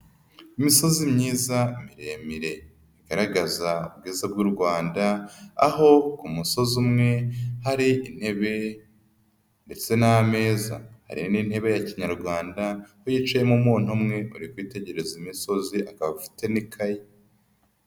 Imisozi myiza miremire igaragaza ubwiza bw'u Rwanda. Aho ku musozi umwe hari intebe ndetse n'ameza. Hari n'intebe ya kinyarwanda aho yicayemo umuntu umwe, uri kwitegereza imisozi, akaba afite n'ikayi.